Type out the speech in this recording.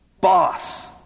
boss